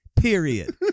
period